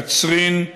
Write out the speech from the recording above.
קצרין,